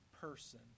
person